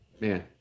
man